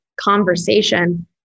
conversation